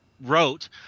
wrote